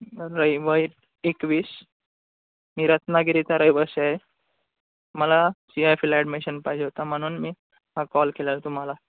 रहिव वय एकवीस मी रत्नागिरीचा रहिवासी आहे मला सी आय फीला ॲडमिशन पाहिजे होता म्हनून मी हा कॉल केला तुम्हाला